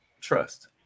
trust